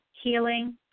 Healing